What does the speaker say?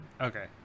okay